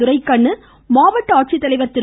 துரைக்கண்ணு மாவட்ட ஆட்சித்தலைவர் திரு